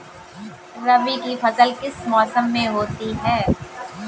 रबी की फसल किस मौसम में होती है?